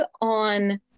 on